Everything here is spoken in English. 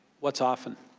what's often?